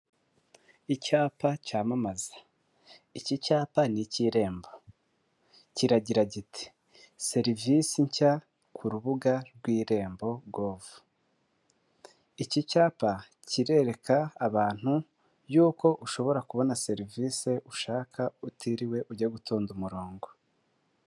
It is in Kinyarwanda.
Icyapa cyamamaza. Iki cyapa ni icy'irembo. Kiragira kiti, serivisi nshya ku rubuga rw'irembo govu. Iki cyapa kirerereka abantu y'uko, ushobora kubona serivisi ushaka utiriwe ujye gutonda umurongo.